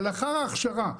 אבל אחרי ההכשרה,